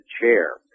chair